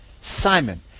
Simon